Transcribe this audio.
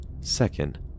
Second